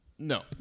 No